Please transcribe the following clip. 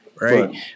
right